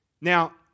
Now